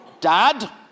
Dad